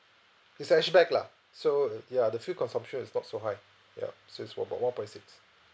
it's a hatchback lah so uh ya the fuel consumption is not so high ya so it's one about one point six